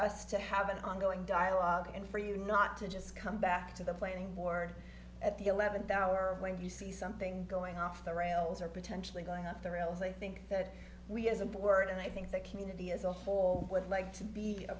us to have an ongoing dialogue and for you not to just come back to the planning board at the eleventh hour when you see something going off the rails or potentially going off the rails i think that we as a board and i think that community as a whole would like to be a